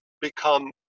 become